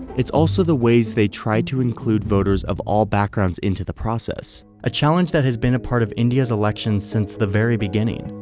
it's also the ways they try to include voters of all backgrounds into the process, a challenge that has been a part of india's elections since the very beginning.